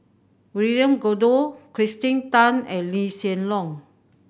William Goode Kirsten Tan and Lee Hsien Loong